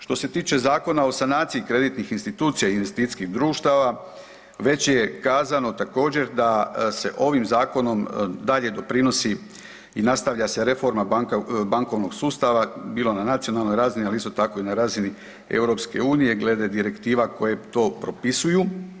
Što se tiče Zakona o sanaciji kreditnih institucija i investicijskih društava već je kazano također da se ovim zakonom dalje doprinosi i nastavlja se reforma bankovnog sustava, bilo na nacionalnoj razini, ali isto tako i na razini EU glede direktiva koje to propisuju.